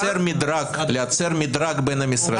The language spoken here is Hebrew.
לייצר מדרג בין המשרדים.